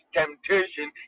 temptation